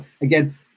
again